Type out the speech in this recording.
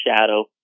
shadow